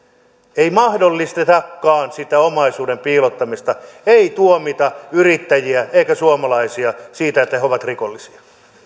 ei mahdollistetakaan sitä omaisuuden piilottamista ei tuomita yrittäjiä eikä suomalaisia siitä että he ovat rikollisia